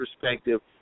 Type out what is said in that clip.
perspective